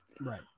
Right